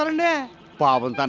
um and mass following.